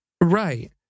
Right